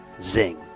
Zing